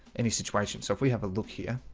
any situation so if we have a look here?